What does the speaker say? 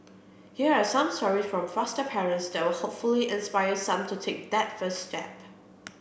here are some stories from foster parents that will hopefully inspire some to take that first step